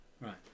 Right